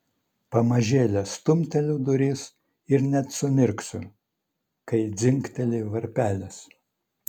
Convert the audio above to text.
pamažėle stumteliu duris ir net sumirksiu kai dzingteli varpelis